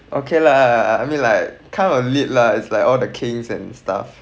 okay lah I mean like kind of lit lah it's like all the king's and stuff